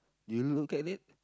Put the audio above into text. did you look at it